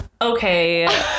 Okay